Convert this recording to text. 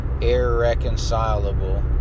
irreconcilable